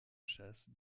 chasse